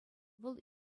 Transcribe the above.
вӑл